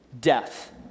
death